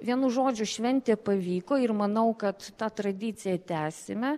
vienu žodžiu šventė pavyko ir manau kad tą tradiciją tęsime